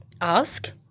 ask